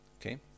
Okay